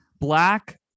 Black